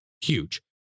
huge